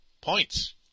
points